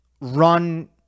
run